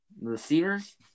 Receivers